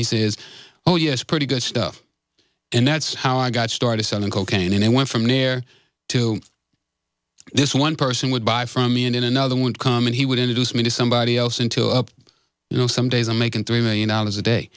he says oh yes pretty good stuff and that's how i got started selling cocaine and i went from there to this one person would buy from me and in another one coming he would introduce me to somebody else into up you know some days i'm making three million dollars a day